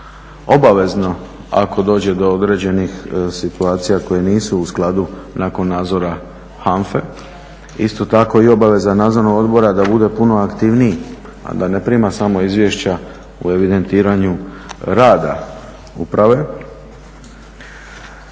obavezno ako dođe do određenih situacija koje nisu u skladu nakon nadzora HANFA-e. Isto tako i obaveza nadzornog odbora da bude puno aktivniji a da ne prima samo izvješća o evidentiranju rada uprave.